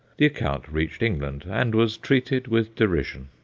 the account reached england, and was treated with derision.